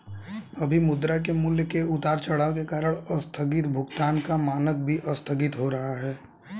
अभी मुद्रा के मूल्य के उतार चढ़ाव के कारण आस्थगित भुगतान का मानक भी आस्थगित हो रहा है